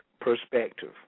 perspective